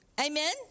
Amen